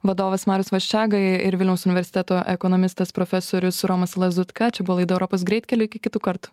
vadovas marius vaščega ir vilniaus universiteto ekonomistas profesorius romas lazutka čia buvo laida europos greitkeliu iki kitų kartų